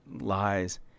lies